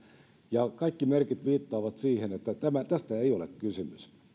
ja kaikki merkit viittaavat siihen että tästä ei ole kysymys